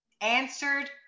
answered